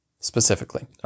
specifically